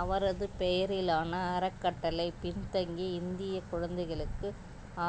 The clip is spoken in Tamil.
அவரது பெயரிலான அறக்கட்டளை பின்தங்கி இந்திய குழந்தைகளுக்கு